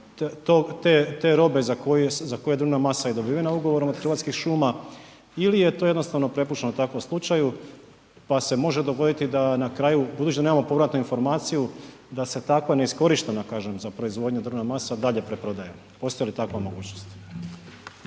te robe za koju je drvna masa i dobivena ugovorom od Hrvatskih šuma ili je to jednostavno prepušteno tako slučaju pa se može dogoditi da na kraju budući da nemamo povratnu informaciju, da se takva neiskorištena kažem za proizvodnju drvna masa dalje preprodaje, postoji li takva mogućnost?